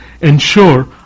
ensure